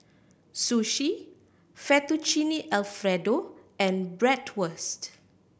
Sushi Fettuccine Alfredo and Bratwurst